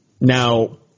Now